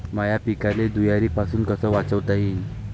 माह्या पिकाले धुयारीपासुन कस वाचवता येईन?